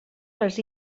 les